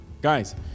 Guys